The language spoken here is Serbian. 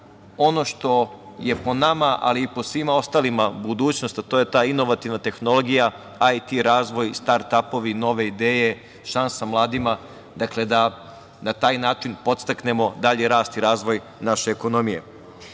ono što je, po nama, a i po svima ostalima, budućnost, a to je ta inovativna tehnologija, IT razvoj, startapovi, nove ideje, šansa mladima, na taj način podstaknemo dalji rast i razvoj naše ekonomije. Sledeći